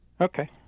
Okay